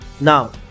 Now